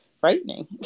frightening